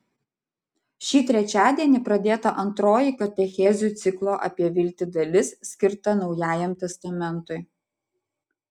šį trečiadienį pradėta antroji katechezių ciklo apie viltį dalis skirta naujajam testamentui